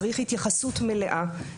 צריך התייחסות מלאה.